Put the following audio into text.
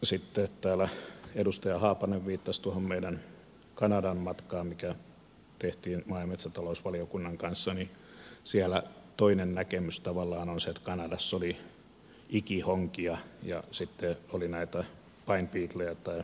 sitten kun täällä edustaja haapanen viittasi tuohon meidän kanadan matkaan mikä tehtiin maa ja metsätalousvaliokunnan kanssa niin siellä toinen näkemys tavallaan on se että kanadassa oli ikihonkia ja sitten oli näitä pine beetlejä eli mäntypistiäisiä